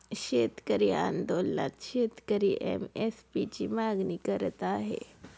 शेतकरी आंदोलनात शेतकरी एम.एस.पी ची मागणी करत आहे